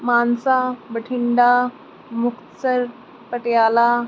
Mansa Bathinda Muktsar Patiala